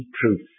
truth